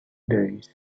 days